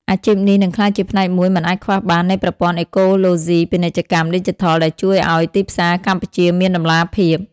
អាជីពនេះនឹងក្លាយជាផ្នែកមួយមិនអាចខ្វះបាននៃប្រព័ន្ធអេកូឡូស៊ីពាណិជ្ជកម្មឌីជីថល ដែលជួយឱ្យទីផ្សារកម្ពុជាមានតម្លាភាព។